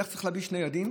ואם צריך להביא שני ילדים?